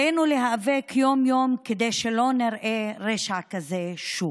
עלינו להיאבק יום-יום כדי שלא נראה רשע כזה שוב.